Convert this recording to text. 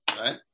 right